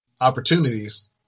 opportunities